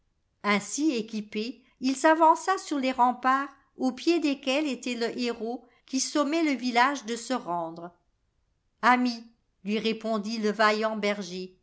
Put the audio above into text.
ainsi équipé il s'avança sur les remparts au pied desquels était le héraut qui sommait le village de se rendre ami lui répondit le vaillant berger